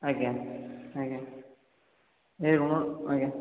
ଆଜ୍ଞା ଆଜ୍ଞା ଆଜ୍ଞା